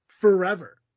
forever